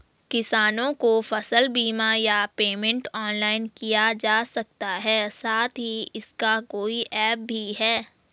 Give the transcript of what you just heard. किसानों को फसल बीमा या पेमेंट ऑनलाइन किया जा सकता है साथ ही इसका कोई ऐप भी है?